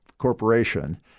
corporation